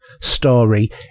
story